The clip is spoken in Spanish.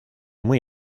muy